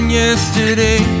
yesterday